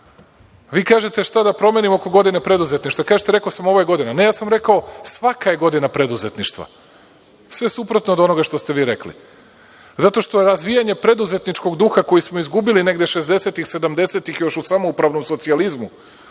kažete – šta da promenimo oko godine preduzetništva? Kažete, rekao sam – ovo je godina. Ne, ja sam rekao – svaka je godina preduzetništva. Sve suprotno od onoga što ste vi rekli. Zato što je razvijanje preduzetničkog duha koji smo izgubili negde 60-ih, 70-ih još u samoupravnom socijalizmu,